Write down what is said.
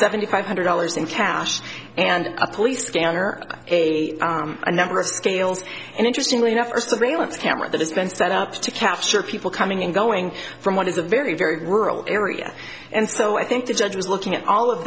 seventy five hundred dollars in cash and a police scanner a number of scales and interestingly enough the bailiff camera that has been set up to capture people coming and going from what is a very very rural area and so i think the judge was looking at all of